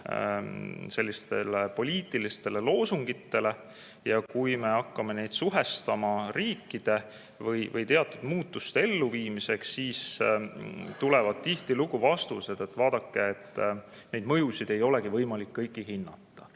ehitatud poliitilistele loosungitele, ja kui me hakkame neid suhestama riikidega või teatud muutuste elluviimiseks, siis tulevad tihtilugu vastused, et vaadake, kõiki neid mõjusid ei olegi võimalik hinnata.